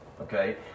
Okay